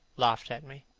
laughed at me.